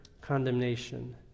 condemnation